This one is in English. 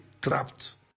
trapped